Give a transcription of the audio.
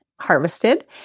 harvested